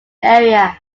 area